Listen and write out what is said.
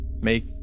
Make